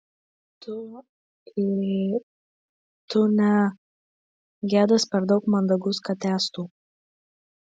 tu ė tu ne gedas per daug mandagus kad tęstų